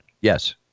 Yes